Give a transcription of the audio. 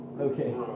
Okay